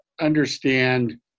understand